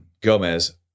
Gomez